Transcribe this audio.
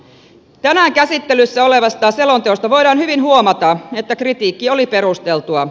tänään käsittelyssä olevasta selonteosta voidaan hyvin huomata että kritiikki oli perusteltua